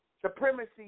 Supremacy